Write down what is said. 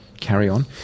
carry-on